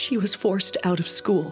she was forced out of school